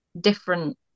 different